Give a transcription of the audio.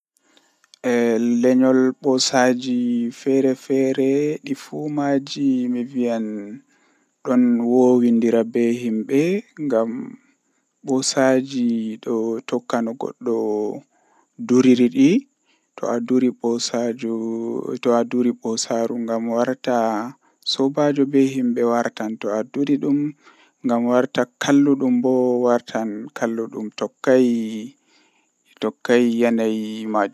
Nomi heɓirta sobiraaɓe tomi yahi babal kesum mi tokkan wurtaago mi nasta nder himɓe mi jooɗa mi hiira be mabɓe, mi tokkaa yahugo ci'e laarugo fijirle mi tokka yahugo babal bukiiji mi tokka mi joɗa jam be himɓe.